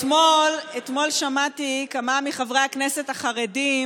אתמול שמעתי שכמה מחברי הכנסת החרדים